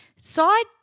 Side